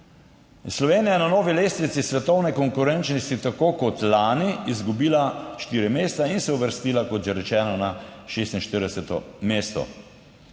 Slovenija je na novi lestvici svetovne konkurenčnosti, tako kot lani, izgubila štiri mesta in se uvrstila, kot že rečeno, na 46. mesto.